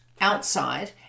outside